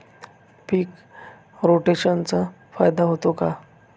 पीक रोटेशनचा फायदा होतो का?